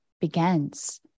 begins